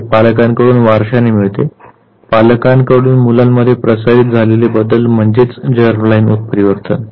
ते पालकांकडून वारशाने मिळते पालकांकडून मुलांमध्ये प्रसारित झालेले बदल म्हणजेच जर्मलाईन उत्परिवर्तन